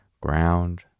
Ground